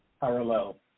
parallel